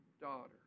daughter